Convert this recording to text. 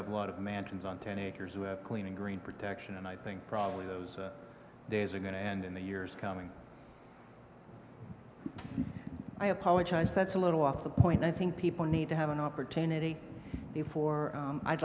have a lot of mansions on ten acres with clean and green protection and i think probably those days are going to end in the years coming i apologize that's a little off the point i think people need to have an opportunity before i'd